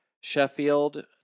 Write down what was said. Sheffield